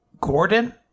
Gordon